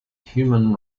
human